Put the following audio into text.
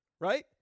right